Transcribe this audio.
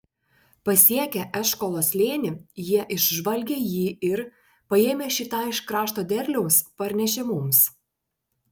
pasiekę eškolo slėnį jie išžvalgė jį ir paėmę šį tą iš krašto derliaus parnešė mums